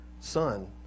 son